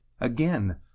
Again